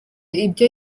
ibyo